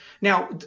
Now